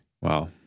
Wow